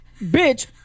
bitch